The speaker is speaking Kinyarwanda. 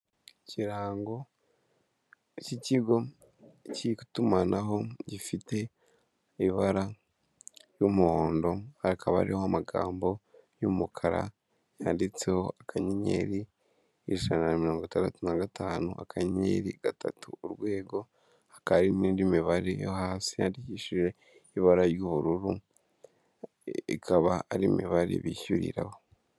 Ikirango cy'ikigo cy'itumanaho gifite ibara ry'umuhondo, hakaba hariho amagambo y'umukara yanditseho akanyenyeri ijana na mirongo itandatu na gatanu akanyenyeri gatatu urwego, hakaba hari n'indi mibare yo hasi yandikishije ibara ry'ubururu, ikaba ari imibare bishyuriraho.